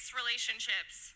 relationships